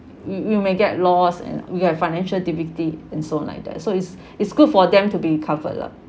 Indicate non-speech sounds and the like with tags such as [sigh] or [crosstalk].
you you may get lost and we have financial difficulty and so on like that so it's [breath] it's good for them to be covered lah